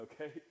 okay